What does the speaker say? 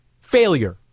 failure